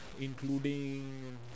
including